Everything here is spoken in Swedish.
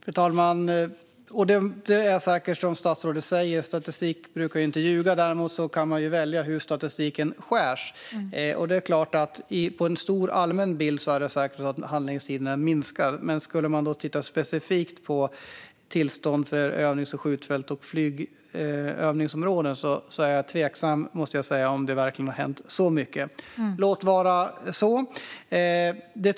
Fru talman! Det är säkert som statsrådet säger. Statistik brukar inte ljuga. Däremot kan man välja hur statistiken skärs. På en stor allmän bild är det säkert så att handläggningstiderna minskar. Men skulle man titta specifikt på tillstånd för övningsfält, skjutfält och flygövningsområden är jag tveksam till om det verkligen har hänt så mycket, men låt så vara.